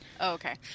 Okay